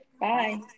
Bye